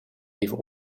even